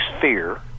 fear